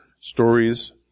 stories